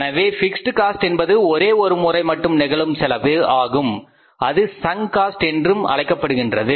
எனவே fixed cost என்பது ஒரே ஒரு முறை மட்டும் நிகழும் செலவு ஆகும் அது சங் காஸ்ட் என்று அழைக்கப்படுகின்றது